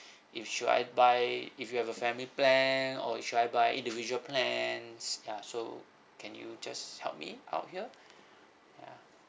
if should I buy if you have a family plan or should I buy individual plans ya so can you just help me out here ya